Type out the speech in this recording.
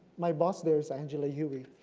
my boss there is angela hughey.